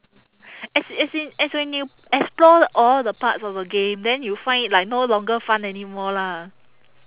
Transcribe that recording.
as as in as when you explore all the parts of the game then you find it like no longer fun anymore lah